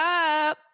up